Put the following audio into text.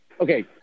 Okay